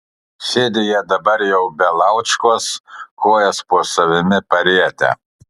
sėdi jie dabar jau be laučkos kojas po savimi parietę